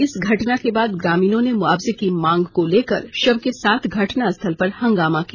इस घटना के बाद ग्रामीणों ने मुआवजे की मांग को लेकर शव के साथ घटनास्थल पर हंगामा किया